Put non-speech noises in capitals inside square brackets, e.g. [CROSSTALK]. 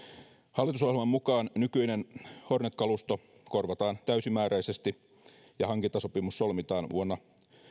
hallitusohjelman mukaan nykyinen hornet kalusto korvataan [UNINTELLIGIBLE] [UNINTELLIGIBLE] täysimääräisesti ja hankintasopimus solmitaan vuonna